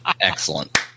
Excellent